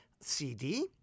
CD